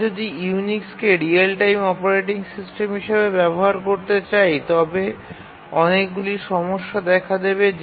আমরা যদি ইউনিক্সকে রিয়েল টাইম অপারেটিং সিস্টেম হিসাবে ব্যবহার করতে চাই তবে অনেকগুলি সমস্যা দেখা দেবে